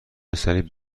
صلیب